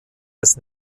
des